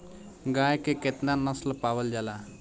गाय के केतना नस्ल पावल जाला?